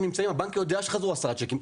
הבנק יודע שחזרו עשרה צ'קים,